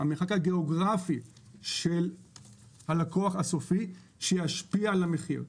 המרחק הגיאוגרפי של הלקוח הסופי שישפיע על המחיר?